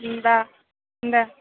দে দে